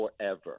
forever